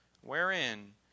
wherein